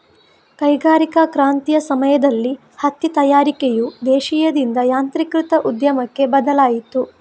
ಕೈಗಾರಿಕಾ ಕ್ರಾಂತಿಯ ಸಮಯದಲ್ಲಿ ಹತ್ತಿ ತಯಾರಿಕೆಯು ದೇಶೀಯದಿಂದ ಯಾಂತ್ರೀಕೃತ ಉದ್ಯಮಕ್ಕೆ ಬದಲಾಯಿತು